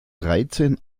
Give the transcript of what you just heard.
dreizehn